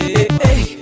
Hey